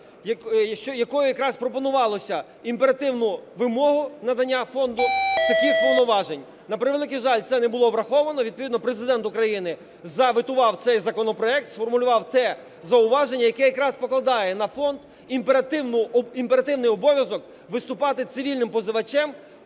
якою якраз і пропонувалося імперативну вимогу надання фонду таких повноважень. На превеликий жаль, це не було враховано. Відповідно Президент України заветував цей законопроект, сформулював те зауваження, яке якраз покладає на фонд імперативний обов'язок виступати цивільним позивачем